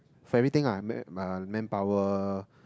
for everything lah ma~ ma~ manpower